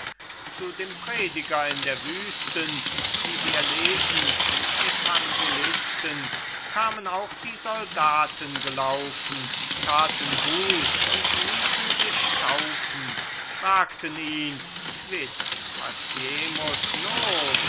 zu dem prediger in der wüsten wie wir lesen im evangelisten kamen auch die soldaten gelaufen taten buß und ließen sich taufen fragten ihn quid faciemus